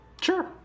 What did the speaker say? Sure